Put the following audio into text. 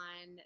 on